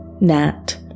Nat